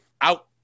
out